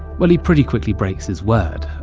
well, he pretty quickly breaks his word.